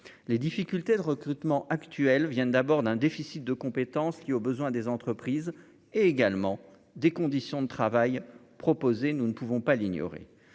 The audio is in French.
les difficultés de recrutement actuel vient d'abord d'un déficit de compétences qui, aux besoins des entreprises et également des conditions de travail proposé, nous ne pouvons pas l'ignorer,